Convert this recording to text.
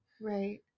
Right